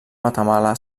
matamala